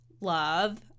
love